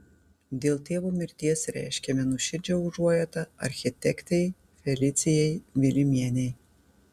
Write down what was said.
dėl tėvo mirties reiškiame nuoširdžią užuojautą architektei felicijai vilimienei